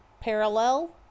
Parallel